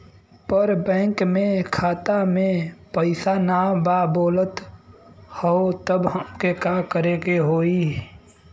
पर बैंक मे खाता मे पयीसा ना बा बोलत हउँव तब हमके का करे के होहीं?